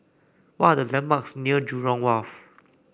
what are the landmarks near Jurong Wharf